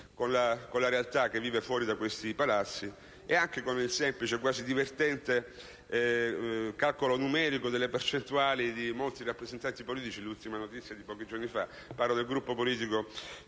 con la realtà che vive fuori da questi palazzi e anche con il semplice, quasi divertente, calcolo numerico delle percentuali di molti rappresentanti politici. L'ultima notizia in merito è di pochi giorni fa: parlo di un Gruppo politico